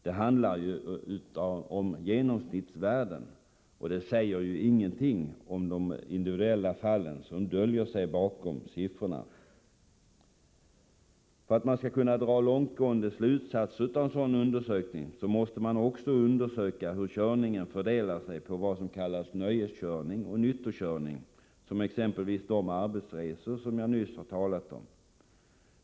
Det handlar om genomsnittstal, och de säger ingenting om de individuella fall som döljer sig bakom siffrorna. För att vi skall kunna dra långtgående slutsatser av en dylik undersökning måste man nämligen också utreda hur körningen fördelar sig på vad som kan kallas nöjeskörning och på nyttokörning, exempelvis de arbetsresor som jag nyss har talat om.